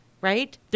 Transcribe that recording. right